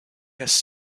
has